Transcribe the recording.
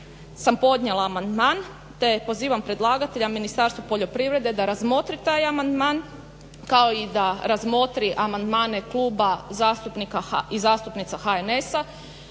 sam podnijela amandman te pozivam predlagatelja Ministarstvo poljoprivrede da razmotri taj amandman kao i da razmotri amandmane kluba zastupnika i zastupnica HNS-a